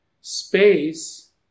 space